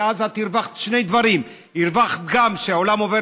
ואז את הרווחת שני דברים: גם הרווחת שהעולם עובר